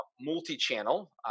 multi-channel